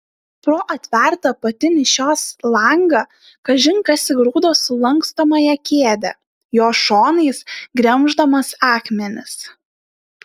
pro atvertą apatinį šios langą kažin kas įgrūdo sulankstomąją kėdę jos šonais gremždamas akmenis